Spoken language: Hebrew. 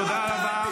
תודה רבה.